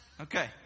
Okay